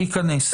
ייכנס.